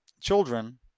children